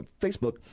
Facebook